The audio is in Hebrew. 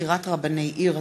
בחירת רבני עיר),